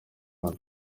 hano